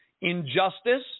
injustice